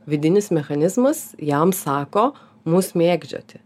vidinis mechanizmas jam sako mus mėgdžioti